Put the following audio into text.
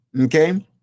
Okay